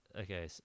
okay